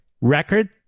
record